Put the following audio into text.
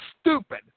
stupid